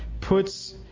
puts